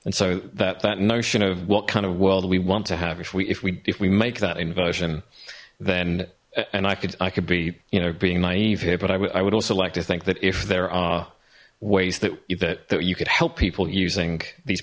and so that that notion of what kind of world we want to have if we if we if we make that inversion then and i could i could be you know being naive here but i would also like to think that if there are ways that you could help people using these